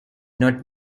not